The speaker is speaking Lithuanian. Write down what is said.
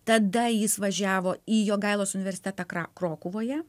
tada jis važiavo į jogailos universitetą kra krokuvoje